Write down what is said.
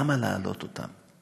למה להעלות אותם?